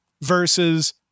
versus